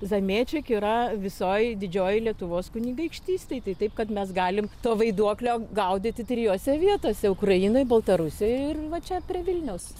zamėček yra visoj didžiojoj lietuvos kunigaikštystėj tai taip kad mes galim to vaiduoklio gaudyti trijose vietose ukrainoj baltarusijoj ir va čia prie vilniaus